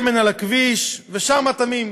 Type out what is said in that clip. שמן על הכביש ושאר מטעמים.